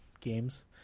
games